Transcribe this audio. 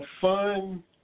fun